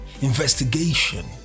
investigation